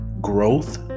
growth